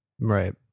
Right